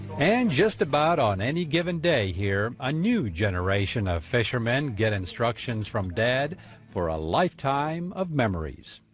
and just about on any given day here, a new generation of fisher men get instructions from dad for a lifetime of memories.